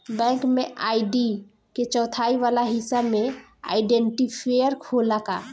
Bank में ID के चौथाई वाला हिस्सा में आइडेंटिफैएर होला का?